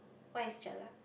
what is jelak